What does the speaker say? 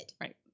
Right